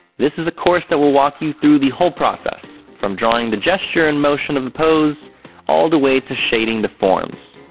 this is a course that will walk you through the whole process, from drawing the gesture and motion of the pose all the way to shading the forms.